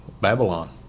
Babylon